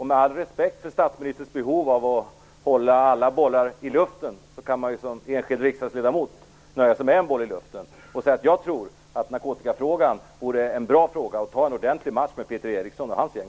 Med all respekt för statsministerns behov av att hålla alla bollar i luften kan jag som enskild riksdagsledamot nöja mig med en boll i luften. Därför säger jag att narkotikafrågan nog vore en bra fråga för en ordentlig match med Peter Eriksson och hans gäng.